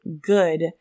good